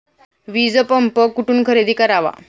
वीजपंप कुठून खरेदी करावा?